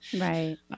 Right